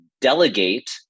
delegate